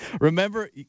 Remember